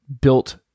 built